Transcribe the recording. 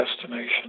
destination